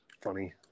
funny